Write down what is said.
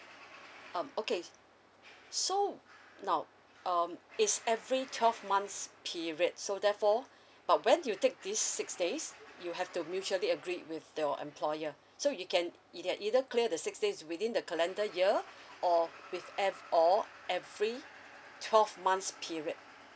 um okay so now um it's every twelve months' period so therefore but when you take this six days you have to mutually agreed with your employer so you can you can either clear the six days within the calendar year or with ev~ or every twelve months' period